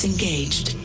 Engaged